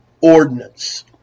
ordinance